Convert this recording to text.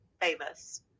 famous